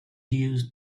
used